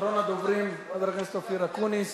אחרון הדוברים, חבר הכנסת אופיר אקוניס.